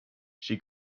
she